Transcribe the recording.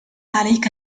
عليك